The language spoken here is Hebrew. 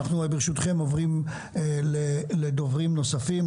ברשותכם, אנחנו עוברים לדוברים נוספים.